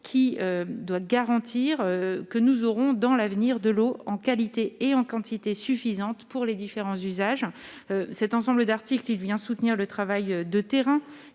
qui doit garantir que nous aurons dans l'avenir de l'eau en qualité et en quantité suffisante pour les différents usages cet ensemble d'articles, il vient soutenir le travail de terrain